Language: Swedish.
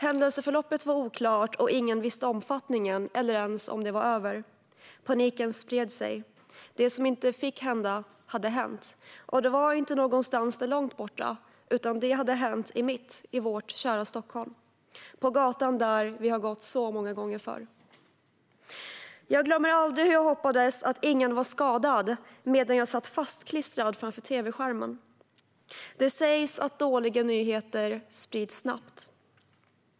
Händelseförloppet var oklart, och ingen visste omfattningen eller ens om det var över. Paniken spred sig. Det som inte fick hända hade hänt, och det hade inte hänt någonstans långt borta utan mitt i vårt kära Stockholm - på gatan där vi har gått så många gånger. Jag glömmer aldrig hur jag hoppades att ingen var skadad medan jag satt som fastklistrad framför tv-skärmen. Det sägs att dåliga nyheter sprids snabbt.